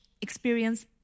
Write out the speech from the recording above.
experience